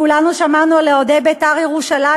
כולנו שמענו על אוהדי "בית"ר ירושלים"